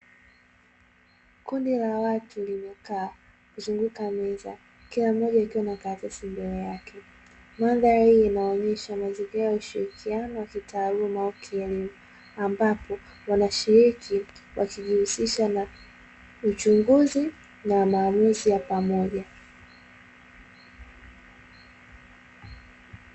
Kundi la watu limekaa kuzunguka meza kila mmoja akiwa na karatasi mbele yake, mandhari hii inaonesha mazingira ya ushirikiano wa kitaaluma au kielimu, ambapo wanashiriki wakijihusisha na uchunguzi na maamuzi ya pamoja.